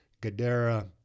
Gadara